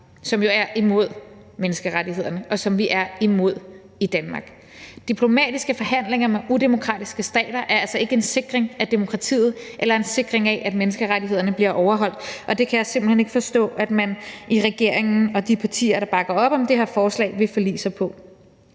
modstrid med menneskerettighederne, og som vi er imod i Danmark. Diplomatiske forhandlinger med udemokratiske stater er altså ikke en sikring af demokratiet eller en sikring af, at menneskerettighederne bliver overholdt, og det kan jeg simpelt hen ikke forstå at regeringen og de partier, der bakker op om det her forslag, vil forlige sig med.